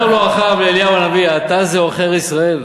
אומר לו אחאב, לאליהו הנביא: האתה זה עוכר ישראל?